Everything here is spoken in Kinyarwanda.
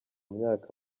myaka